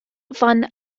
fan